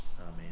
Amen